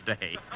Day